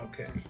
okay